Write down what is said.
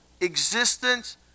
existence